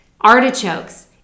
artichokes